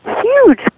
huge